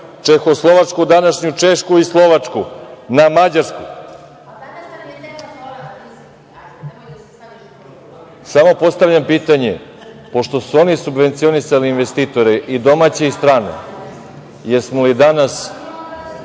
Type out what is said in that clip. Čehoslovačku, današnju Češku i Slovačku, na Mađarsku. Samo postavljam pitanje, pošto su oni subvencionisali investitore i domaće i strane da li smo danas